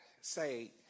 say